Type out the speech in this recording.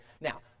now